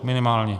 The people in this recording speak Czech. Minimálně.